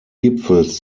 gipfels